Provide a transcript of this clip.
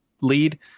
lead